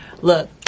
Look